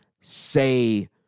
say